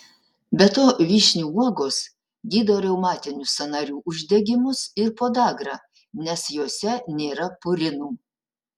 be to vyšnių uogos gydo reumatinius sąnarių uždegimus ir podagrą nes jose nėra purinų